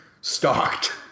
stalked